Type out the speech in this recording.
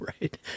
right